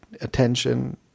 attention